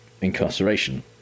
incarceration